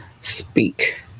speak